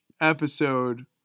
episode